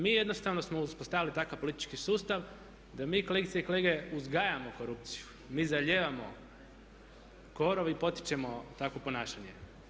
Mi jednostavno smo uspostavili takav politički sustav da mi kolegice i kolege uzgajamo korupciju, mi zalijevamo korov i potičemo takvo ponašanje.